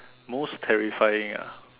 most terrifying ah